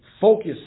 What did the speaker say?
focus